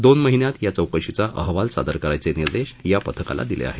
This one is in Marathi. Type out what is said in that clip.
दोन महिन्यात या चौकशीचा अहवाल सादर करण्याचे निर्देश या पथकाला दिले आहेत